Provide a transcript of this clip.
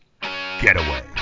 getaway